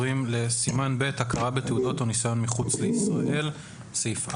סימן ב': הכרה בתעודות או ניסיון מחוץ לישראל הסמכת